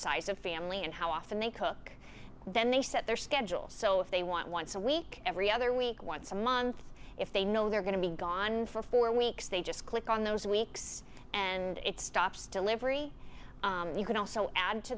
size of family and how often they cook then they set their schedules so if they want once a week every other week once a month if they know they're going to be gone for four weeks they just click on those weeks and it stops delivery you can also add to